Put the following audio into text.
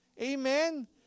Amen